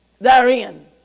therein